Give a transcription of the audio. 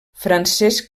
francesc